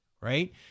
right